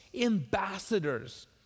ambassadors